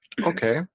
okay